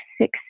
six